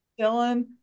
dylan